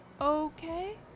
okay